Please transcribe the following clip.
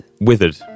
Withered